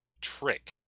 trick